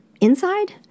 inside